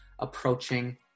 approaching